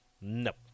Nope